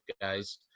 guys